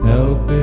Help